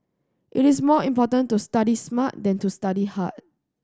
it is more important to study smart than to study hard